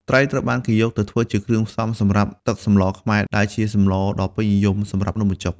ត្រីត្រូវបានយកទៅធ្វើជាគ្រឿងផ្សំសម្រាប់ ទឹកសម្លខ្មែរ ដែលជាសម្លដ៏ពេញនិយមសម្រាប់នំបញ្ចុក។